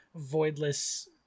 voidless